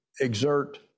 exert